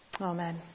Amen